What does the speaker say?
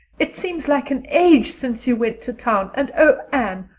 it seems like an age since you went to town and oh, anne,